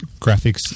Graphics